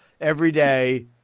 everyday